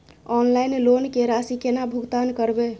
Online loan के राशि केना भुगतान करबे?